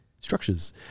structures